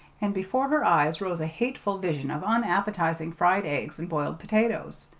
and before her eyes rose a hateful vision of unappetizing fried eggs and boiled potatoes.